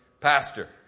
Pastor